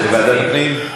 לוועדת הפנים?